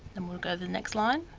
then we'll go the next line.